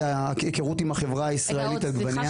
זה היכרות עם החברה הישראלית על גווניה --- הוד,